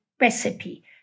recipe